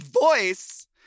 voice